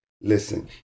Listen